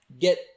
get